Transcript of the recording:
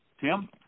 Tim